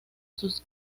sus